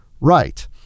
right